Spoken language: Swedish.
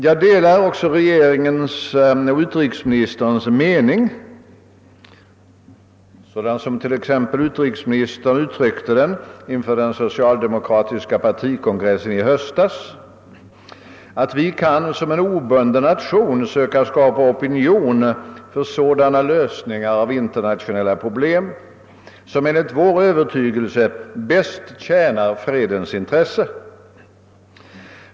Jag delar också regeringens och utrikesministerns mening, sådan som t.ex. utrikesministern utlade den inför den socialdemokratiska partikongressen i höstas, att vi >som en obunden nation kan söka skapa opinion för de lösningar av internationella problem som enligt vår övertygelse bäst tjänar fredens intresse».